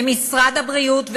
במשרד הבריאות,